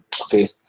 Okay